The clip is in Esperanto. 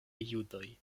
judoj